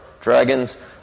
Dragons